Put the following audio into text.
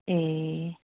ए